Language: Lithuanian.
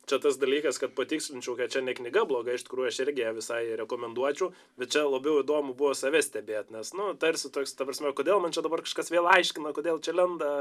čia tas dalykas kad patikslinčiau kad čia ne knyga bloga iš tikrųjų aš irgi ją visai rekomenduočiau bet čia labiau įdomu buvo save stebėt nes nu tarsi toks ta prasme kodėl man čia dabar kažkas vėl aiškina kodėl čia lenda